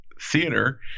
Theater